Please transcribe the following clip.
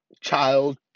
child